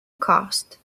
cast